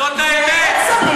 זאת האמת.